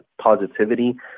positivity